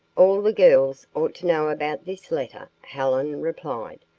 all the girls ought to know about this letter, helen replied.